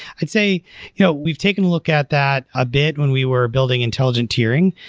i'd say you know we've taken a look at that a bit when we were building intelligent tiering,